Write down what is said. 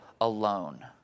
alone